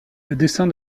dessin